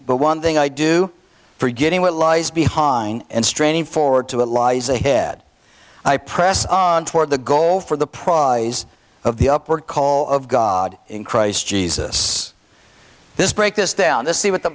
but one thing i do forgetting what lies behind and straining forward to it lies ahead i press on toward the goal for the prize of the upward call of god in christ jesus this break this down this see what the